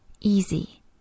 Easy